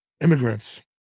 immigrants